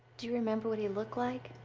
do you remember what he looked like?